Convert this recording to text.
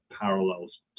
parallels